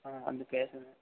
ஆ வந்து பேசுங்க